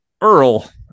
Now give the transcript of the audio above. Earl